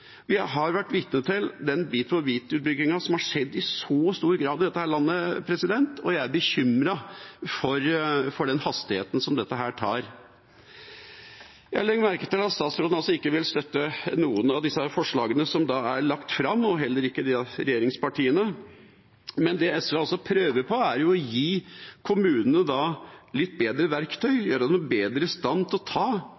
Vi har vært vitne til den bit-for-bit-utbyggingen som har skjedd i så stor grad i dette landet, og jeg er bekymret for den hastigheten dette har. Jeg legger merke til at statsråden ikke vil støtte noen av forslagene som er lagt fram, og heller ikke regjeringspartiene. Det SV prøver på, er å gi kommunene litt bedre verktøy,